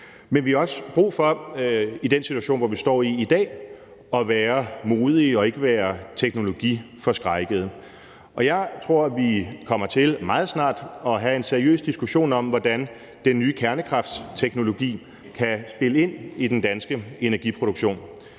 Men vi har også brug for i den situation, vi står i i dag, at være modige og ikke være teknologiforskrækkede, og jeg tror, at vi meget snart kommer til at have en seriøs diskussion om, hvordan den nye kernekraftteknologi kan spille ind i den danske energiproduktion.